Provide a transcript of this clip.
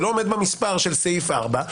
שלא עומד במספר של סעיף 4,